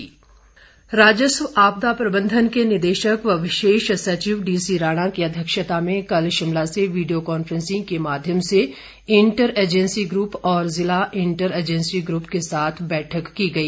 बैठक राजस्व आपदा प्रबन्धन के निदेशक व विशेष सचिव डीसी राणा की अध्यक्षता में कल शिमला से वीडियो कॉन्फ्रेंसिंग के माध्यम से इंटर एजेंसी ग्रुप और जिला इंटर एजेंसी ग्रुप के साथ बैठक की गई